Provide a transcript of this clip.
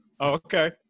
Okay